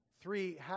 three